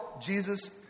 Jesus